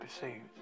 perceived